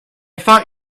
thought